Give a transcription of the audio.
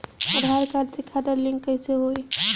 आधार card से खाता link कईसे होई?